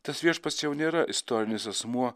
tas viešpats jau nėra istorinis asmuo